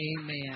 amen